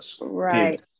Right